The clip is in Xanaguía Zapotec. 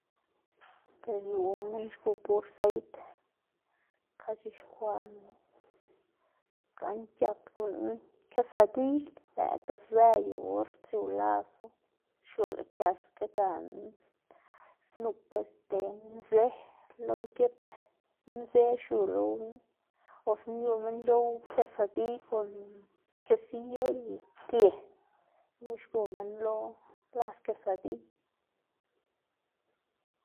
per yu minn xgu pur seid, xka xc̲h̲ixkwaꞌná gana giat guꞌn kesadiy lëꞌkga zë yu or xiu lasu, xiula kesga gana snup este nzë lo lgit, nzë xiu lo gunu o su nu yu minn c̲h̲ow kesadiy kon kesiyo y ptie, gunu xgu minn lo las kesadiy.